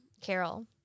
Carol